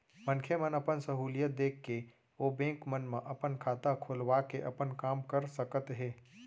मनखे मन अपन सहूलियत देख के ओ बेंक मन म अपन खाता खोलवा के अपन काम कर सकत हें